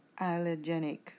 allergenic